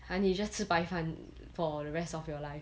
!huh! 你 just 吃白饭 for the rest of your life